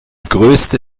größte